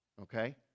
Okay